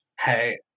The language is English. Hey